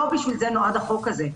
לא לשם כך נועד החוק הזה.